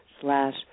slash